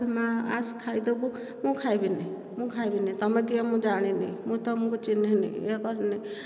ମୁଁ ଭି ମାଆ ଆସ ଖାଇଦେବୁ ମୁଁ ଖାଇବିନି ମୁଁ ଖାଇବିନି ତମେ କିଏ ମୁଁ ଜାଣିନି ମୁଁ ତମକୁ ଚିହିଁନି ଇଏ କରିନି